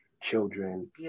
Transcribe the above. children